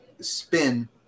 spin